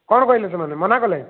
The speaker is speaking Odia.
କ'ଣ କହିଲେ ସେମାନେ ମନା କଲେ